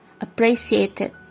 appreciated